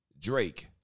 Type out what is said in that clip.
Drake